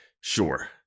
sure